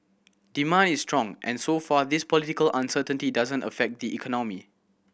demand is strong and so far this political uncertainty doesn't affect the economy